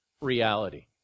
reality